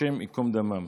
השם יקום דמם.